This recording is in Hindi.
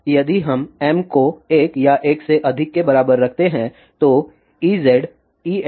अब यदि हम m को 1 या 1 से अधिक के बराबर रखते हैं तो Ez Ex और Hy 0 नहीं होगा